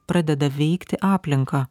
pradeda veikti aplinką